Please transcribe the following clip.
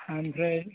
ओमफ्राय